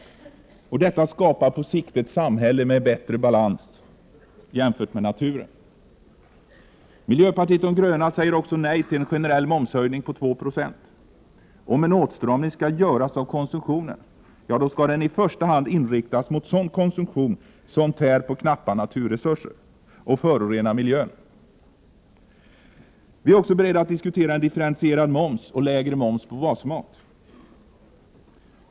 Detta skapar på sikt ett samhälle i bättre balans med naturen. Miljöpartiet de gröna säger också nej till en generell momshöjning på 2 96. Om en åtstramning skall göras av konsumtionen, skall den i första hand inriktas mot sådan konsumtion som tär på knappa naturresurser och förorenar miljön. Vi är också beredda att diskutera en differentierad moms och lägre moms på basmat.